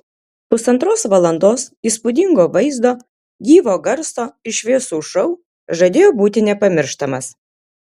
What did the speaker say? pusantros valandos įspūdingo vaizdo gyvo garso ir šviesų šou žadėjo būti nepamirštamas